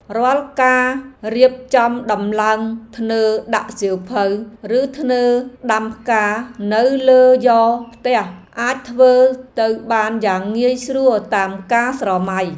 រាល់ការរៀបចំដំឡើងធ្នើរដាក់សៀវភៅឬធ្នើរដាំផ្កានៅលើយ៉រផ្ទះអាចធ្វើទៅបានយ៉ាងងាយស្រួលតាមការស្រមៃ។